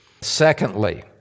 Secondly